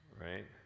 right